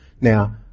Now